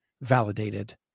validated